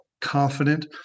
confident